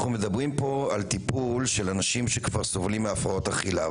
אנחנו מדברים פה על טיפול באנשים שכבר סובלים מהפרעות אכילה.